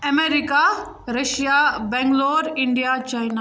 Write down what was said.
America Russia Bangalore India China